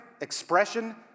expression